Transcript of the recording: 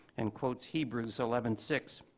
and quotes hebrews, eleven six.